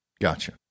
Gotcha